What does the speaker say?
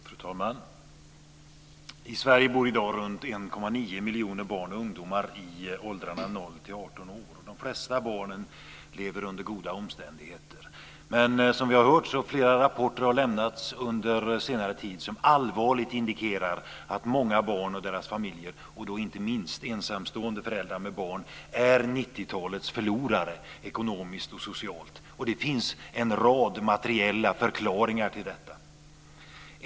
Fru talman! I Sverige bor i dag runt 1,9 miljoner barn och ungdomar i åldrarna 0-18 år. De flesta barn lever under goda omständigheter. Men som vi har hört har flera rapporter lämnats under senare tid som allvarligt indikerar att många barn och deras familjer, och då inte minst ensamstående föräldrar med barn, är 90-talets förlorare ekonomiskt och socialt. Det finns en rad materiella förklaringar till detta.